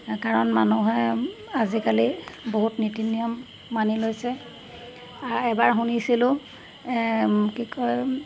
কাৰণ মানুহে আজিকালি বহুত নীতি নিয়ম মানি লৈছে এবাৰ শুনিছিলোঁ কি কয়